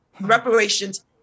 reparations